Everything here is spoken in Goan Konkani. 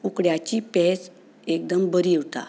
उकड्याची पेज एकदम बरी उरता